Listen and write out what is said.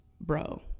bro